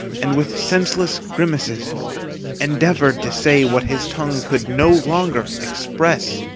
and with senseless grimaces endeavoured to say what his tongue could no longer express.